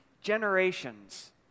generations